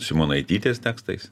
simonaitytės tekstais